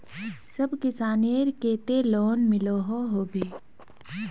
सब किसानेर केते लोन मिलोहो होबे?